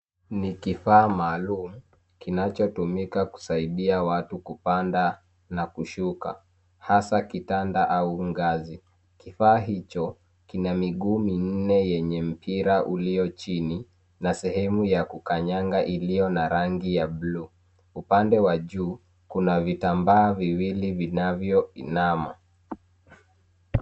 Ni kifaa maalum kinachotumika kusaidia watu kupanda na kushuka hasa kitanda au ngazi. Kifaa hicho kina miguu minne yenye mpira ulio chini na sehemu ya kukanyaga iliyo na rangi ya bluu. Upande wa juu kuna vitambaa viwili vinavyoinama.